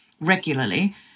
regularly